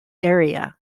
area